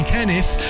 Kenneth